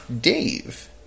Dave